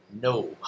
No